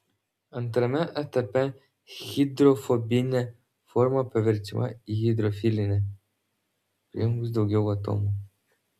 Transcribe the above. antrame etape hidrofobinė forma paverčiama į hidrofilinę prijungus daugiau atomų